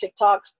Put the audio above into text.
TikToks